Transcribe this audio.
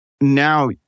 Now